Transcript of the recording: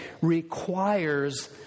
requires